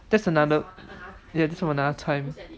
that's another